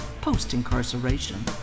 post-incarceration